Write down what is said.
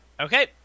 Okay